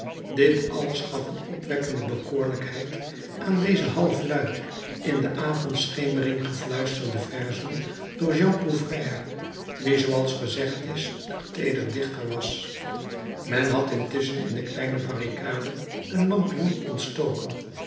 dit alles gaf een opwekkende bekoorlijkheid aan deze halfluid in de avondschemering gefluisterde verzen door jean prouvaire die zooals gezegd is een teeder dichter was men had intusschen in de kleine barricade een lampion ontstoken